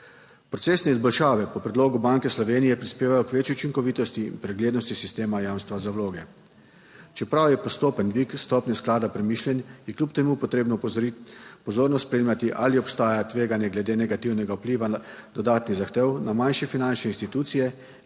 Procesne izboljšave po predlogu Banke Slovenije prispevajo k večji učinkovitosti in preglednosti sistema jamstva za vloge. Čeprav je postopen dvig stopnje sklada premišljen, je kljub temu potrebno pozorno spremljati ali obstaja tveganje glede negativnega vpliva dodatnih zahtev na manjše finančne institucije,